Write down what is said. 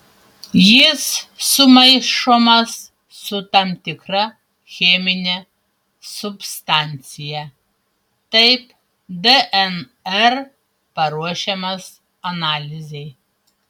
jis sumaišomas su tam tikra chemine substancija taip dnr paruošiamas analizei